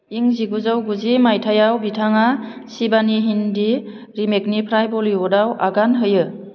इं जिगुजौ गुजि माइथायाव बिथाङा शिभानि हिन्दि रिमेकनिफ्राय बलीवुडआव आगान होयो